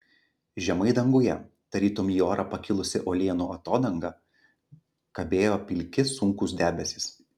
žemai danguje tarytum į orą pakilusi uolienų atodanga kabėjo pilki sunkūs debesys